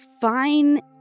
fine